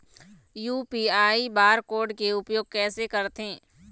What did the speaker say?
UPI bar code के उपयोग कैसे करथें?